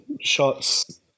shots